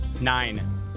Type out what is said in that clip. Nine